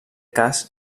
cas